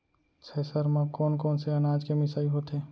Thresher म कोन कोन से अनाज के मिसाई होथे?